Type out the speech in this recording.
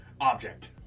object